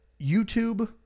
YouTube